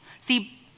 See